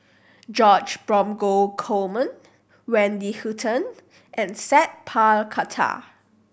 George Dromgold Coleman Wendy Hutton and Sat Pal Khattar